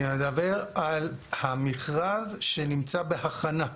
אני מדבר על המכרז שנמצא בהכנה,